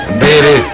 baby